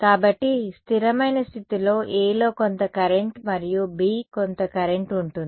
కాబట్టి స్థిరమైన స్థితిలో A లో కొంత కరెంట్ మరియు B కొంత కరెంట్ ఉంటుంది